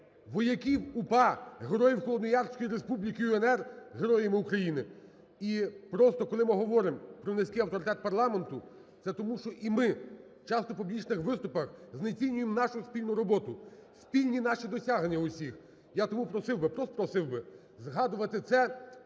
вояків УПА, героїв Холодноярської республіки і УНР героями України. І просто коли ми говоримо про низький авторитет парламенту, це тому, що і ми часто в публічних виступах, знецінюємо нашу спільну роботу, спільні наші досягнення усіх. Я тому просив би, просто просив би, згадувати це